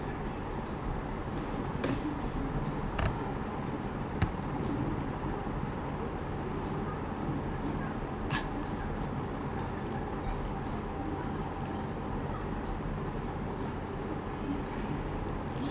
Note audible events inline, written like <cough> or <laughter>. <coughs>